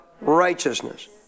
righteousness